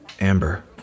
Amber